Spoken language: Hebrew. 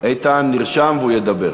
איתן נרשם והוא ידבר.